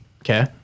Okay